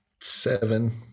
Seven